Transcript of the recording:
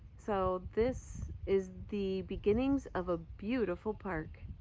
so this is the beginnings of a beautiful park.